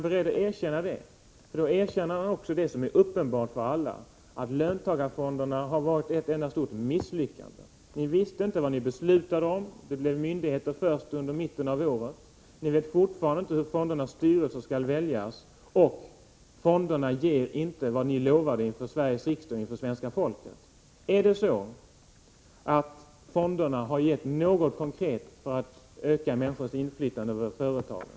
I så fall erkänner han också det som är uppenbart för alla, att löntagarfonderna har varit ett enda stort misslyckande. Ni visste inte vad ni beslöt, fonderna blev myndigheter först under mitten av året, ni vet fortfarande inte hur fondernas styrelser skall väljas, och fonderna ger inte vad ni lovade Sveriges riksdag och svenska folket. Har fonderna gjort något konkret för att öka människornas inflytande över företagen?